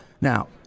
Now